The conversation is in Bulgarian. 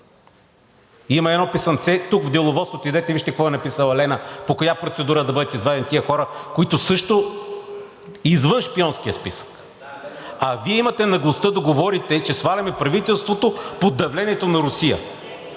Има едно писъмце тук в Деловодството – идете и вижте какво е написала Лена, по коя процедура да бъдат извадени тези хора, които също – извън шпионския списък! А Вие имате наглостта да говорите, че сваляме правителството под давлението на Русия!